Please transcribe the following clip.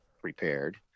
prepared